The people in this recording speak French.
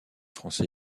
français